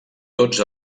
tots